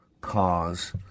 cause